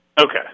Okay